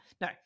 no